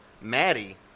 Maddie